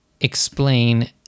explain